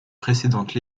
précédentes